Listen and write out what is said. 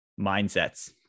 mindsets